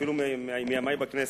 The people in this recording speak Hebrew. אפילו מימי בכנסת,